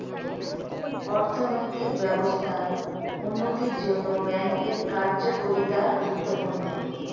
অর্থনৈতিক ব্যবস্থার উন্নতির জন্যে ব্যাঙ্কের কার্যকারিতা গুরুত্বপূর্ণ